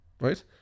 right